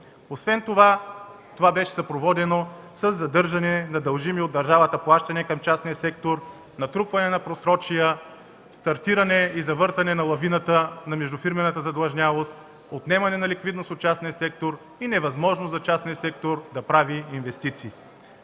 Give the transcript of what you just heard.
освен това със задържане на дължими от държавата плащания към частния сектор, натрупване на просрочия, стартиране и завъртане на лавината на междуфирмената задлъжнялост, отнемане на ликвидност от частния сектор и невъзможност на частния сектор да прави инвестиции.